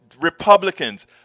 Republicans